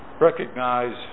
recognize